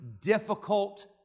difficult